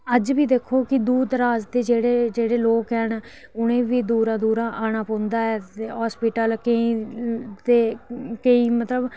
अज्ज बी दिक्खो कि जेह्ड़े जेह्ड़े दूर दराज़ दे लोक न उ'नें ई बी दूरा दूरा आना पौंदा ऐ हॉस्पिटल ते केईं मतलब